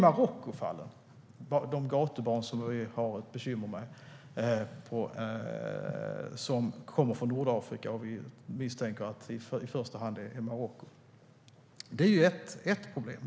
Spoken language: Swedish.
Sedan har vi bekymmer med gatubarnen från Nordafrika, som vi misstänker i första hand kommer från Marocko.